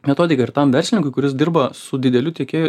metodika ir tam verslininkui kuris dirba su dideliu tiekėju